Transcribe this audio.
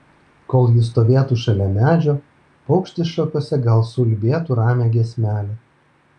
kol ji stovėtų šalia medžio paukštis šakose gal suulbėtų ramią giesmelę